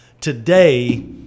today